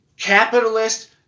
Capitalist